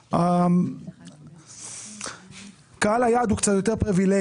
שבהם קהל היעד הוא קצת יותר פריווילגי,